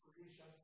creation